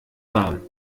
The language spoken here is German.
warm